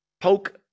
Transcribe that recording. poke